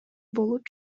болуп